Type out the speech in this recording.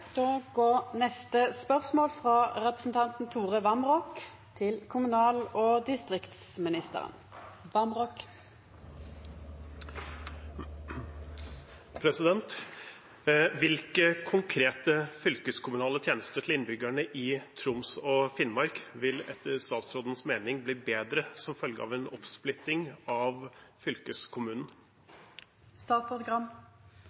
konkrete fylkeskommunale tjenester til innbyggerne i Troms og Finnmark vil etter statsrådens mening bli bedre som følge av en oppsplitting av